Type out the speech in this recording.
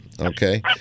okay